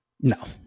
No